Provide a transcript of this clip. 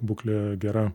būklė gera